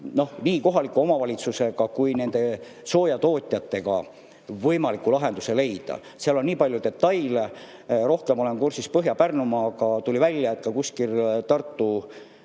nii kohaliku omavalitsusega kui ka soojatootjatega võimaliku lahenduse leida. Seal on nii palju detaile. Rohkem olen kursis Põhja-Pärnumaaga. Tuli ka välja, et kuskil Tartu